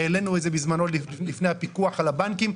העלינו את זה בזמנו לפני הפיקוח על הבנקים.